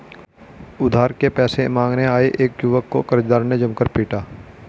उधार के पैसे मांगने आये एक युवक को कर्जदार ने जमकर पीटा